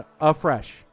Afresh